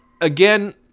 again